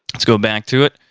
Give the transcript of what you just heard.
let's go back to it.